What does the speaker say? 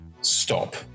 stop